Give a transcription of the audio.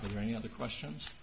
or any other questions